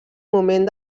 moment